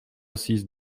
six